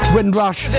Windrush